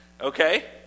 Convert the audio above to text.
Okay